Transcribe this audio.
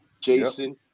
Jason